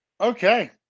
okay